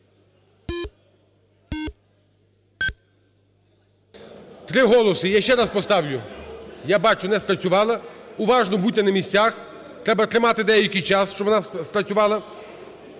3 голоси. Я ще раз поставлю. Я бачу, не спрацювала. Уважно, будьте на місцях. Треба тримати деякий час, щоб вона спрацювала.